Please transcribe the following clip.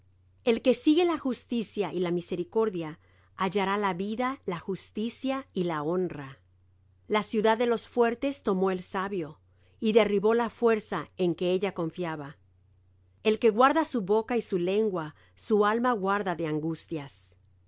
el que sigue la justicia y la misericordia hallará la vida la justicia y la honra la ciudad de los fuertes tomó el sabio y derribó la fuerza en que ella confiaba el que guarda su boca y su lengua su alma guarda de angustias